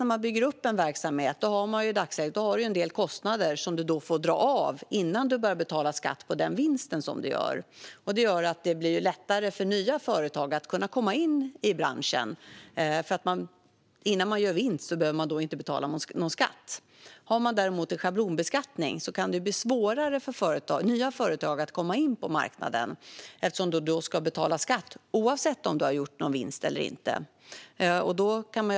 När man bygger upp en verksamhet har man oftast en del kostnader som man får dra av innan man börjar betala skatt på vinsten. Det gör att det blir lättare för nya företag att komma in i branschen. Innan man gör vinst behöver man inte betala någon skatt. Har man däremot en schablonbeskattning kan det bli svårare för nya företag att komma in på marknaden eftersom de då ska betala skatt oavsett om de har gjort någon vinst eller inte.